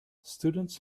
students